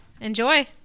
enjoy